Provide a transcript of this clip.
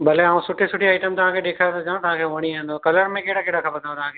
भले ऐं सुठी सुठी आइटम तव्हां खे ॾेखारे थो छॾियां तव्हांखे वणी वेंदव कलर में कहिड़ा कहिड़ा खपनिव तव्हांखे